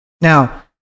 Now